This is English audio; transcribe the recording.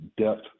depth